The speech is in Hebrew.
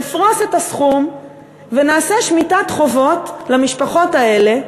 נפרוס את הסכום ונעשה שמיטת חובות למשפחות האלה,